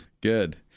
Good